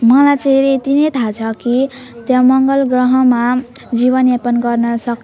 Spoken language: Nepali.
मलाई चाहिँ यति नै थाहा छ कि त्यहाँ मङ्गल ग्रहमा जीवनयापन गर्न सक्